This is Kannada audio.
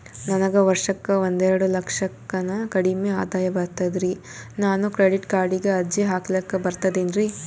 ನನಗ ವರ್ಷಕ್ಕ ಒಂದೆರಡು ಲಕ್ಷಕ್ಕನ ಕಡಿಮಿ ಆದಾಯ ಬರ್ತದ್ರಿ ನಾನು ಕ್ರೆಡಿಟ್ ಕಾರ್ಡೀಗ ಅರ್ಜಿ ಹಾಕ್ಲಕ ಬರ್ತದೇನ್ರಿ?